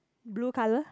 blue colour